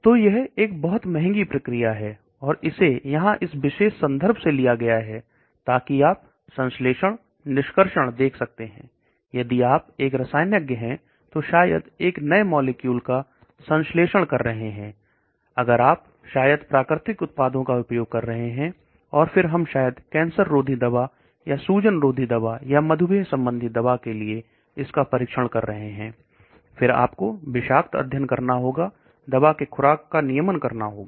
इसलिए यह एक बहुत महंगी प्रक्रिया है और इसे यहां इस विशेष संदर्भ से लिया गया है ताकि आप संश्लेषण निष्कर्षण देख सकते हैं यदि आप एक रसायन के हैं तो शायद एक नए मॉलिक्यूल का संश्लेषण कर रहे हैं अगर आप शायद प्राकृतिक उत्पादों का उपयोग कर रहे हैं और फिर हम शायद कैंसर रोधी दवा या सूजन रोधी दवा या मधुमेह संबंधी दवा के लिए इसका परीक्षण कर रहे हैं फिर आप को विषाक्त अध्ययन करना होगा दवा की खुराक का नियमन करना होगा